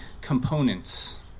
components